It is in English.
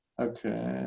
Okay